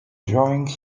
drawing